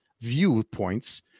viewpoints